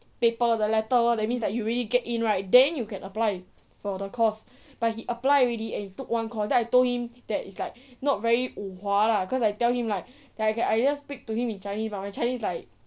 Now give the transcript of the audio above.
paper the letter lor that means like you already get in right then you can apply for the course but he apply already and he took one course then I told him that is like not very wu hua lah cause I tell him like I just speak to him in chinese but my chinese like